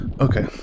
okay